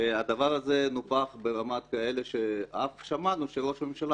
והדבר הזה נופח ברמה כזו שאף שמענו שראש הממשלה